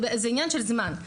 זה עניין של זמן.